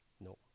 No